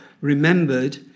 remembered